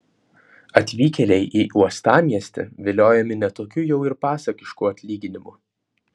atvykėliai į uostamiestį viliojami ne tokiu jau ir pasakišku atlyginimu